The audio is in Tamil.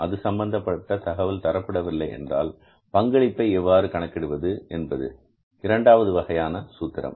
அது சம்பந்தப்பட்ட தகவல் தரப்படவில்லை என்றால் பங்களிப்பை எவ்வாறு கணக்கிடுவது என்பது இரண்டாவது வகையான சூத்திரம்